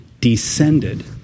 descended